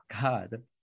God